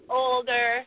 older